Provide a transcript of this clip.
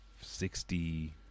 sixty